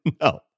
No